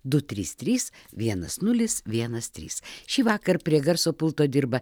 du trys trys vienas nulis vienas trys šįvakar prie garso pulto dirba